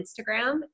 Instagram